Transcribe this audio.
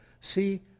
See